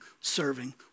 serving